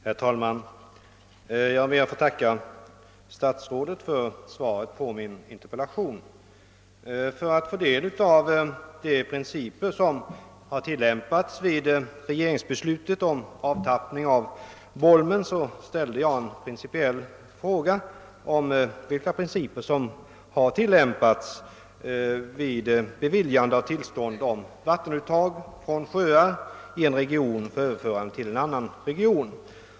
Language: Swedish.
Herr talman! Jag ber att få tacka statsrådet för svaret på min interpellation. För att få del av de principer som har tillämpats vid regeringsbeslutet om avtappning av Bolmen ställde jag en principiell fråga om vilka principer som har tillämpats vid beviljande av tillstånd till vattenuttag från sjöar i en region för överförande till en annan region.